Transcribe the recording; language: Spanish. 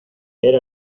era